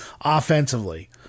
offensively